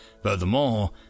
Furthermore